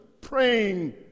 praying